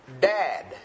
dad